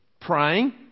praying